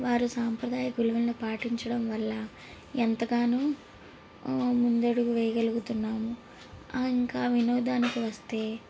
వారు సాంప్రదాయ విలువలను పాటించడం వల్ల ఎంతగానో ముందడుగు వేయగలుగుతున్నాము ఆ ఇంకా వినోదానికి వస్తే